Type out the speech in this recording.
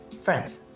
friends